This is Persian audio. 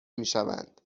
میشوند